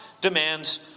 demands